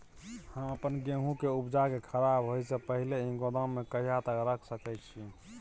हम अपन गेहूं के उपजा के खराब होय से पहिले ही गोदाम में कहिया तक रख सके छी?